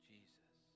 Jesus